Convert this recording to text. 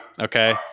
Okay